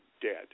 dead